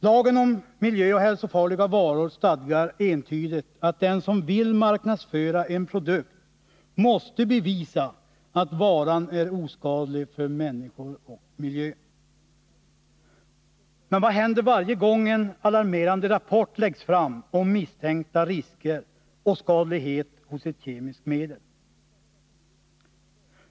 Lagen om miljöoch hälsofarliga varor stadgar entydigt att den som vill marknadsföra en produkt måste bevisa att varan är oskadlig för människor och miljö. Men vad händer varje gång en alarmerande rapport läggs fram om misstänkta risker och skadlighet hos ett kemiskt medel?